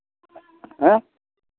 हाँ